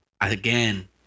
again